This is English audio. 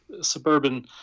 suburban